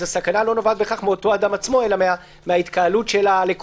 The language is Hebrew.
אז הסכנה לא נובעת בהכרח מאותו אדם עצמו אלא מהתקהלות הלקוחות.